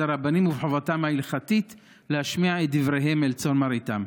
הרבנים ובחובתם ההלכתית להשמיע את דבריהם אל צאן מרעיתם.